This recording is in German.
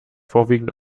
vorwiegend